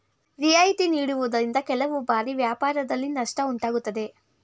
ರಿಯಾಯಿತಿ ನೀಡುವುದರಿಂದ ಕೆಲವು ಬಾರಿ ವ್ಯಾಪಾರದಲ್ಲಿ ನಷ್ಟ ಉಂಟಾಗುತ್ತದೆ